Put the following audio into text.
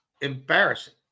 embarrassing